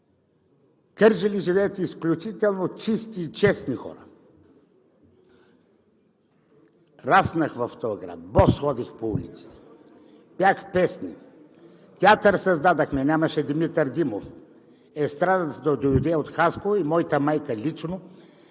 Кърджали живеят изключително чисти и честни хора. Раснах в този град, ходих бос по улиците, пях песни, театър създадохме – нямаше „Димитър Димов“, естрадата дойде от Хасково и моята майка лично